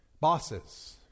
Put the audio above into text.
Bosses